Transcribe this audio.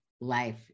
life